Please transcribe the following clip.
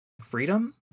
Freedom